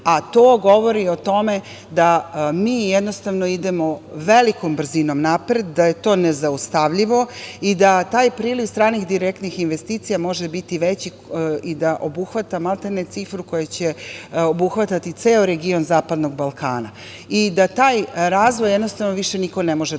To govori o tome da mi jednostavno, idemo velikom brzinom napred, da je to nezaustavljivo i da taj priliv stranih direktnih investicija može biti veći i da obuhvata, maltene cifru koja će obuhvatati ceo region zapadnog Balkana i da taj razvoj jednostavno, više niko ne može da